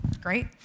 Great